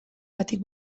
batik